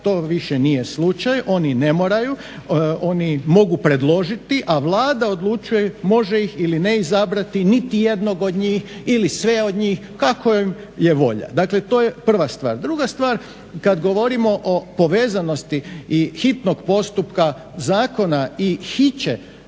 to više nije slučaj, oni ne moraju, oni mogu predložiti, a Vlada odlučuje može ih ili ne izabrati, nitijednog od njih ili sve od njih kako ju je volja. Dakle, to je prva stvar. Druga stvar, kad govorimo o povezanosti i hitnog postupka zakona i hiće